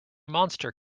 monster